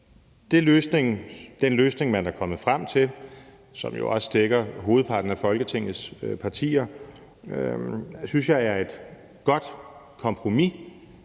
Den løsning, man er kommet frem til, som jo også dækker hovedparten af Folketingets partier, synes jeg er et godt kompromis,